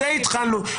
מזה התחלנו.